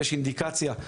יש אינדיקציה,